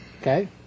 okay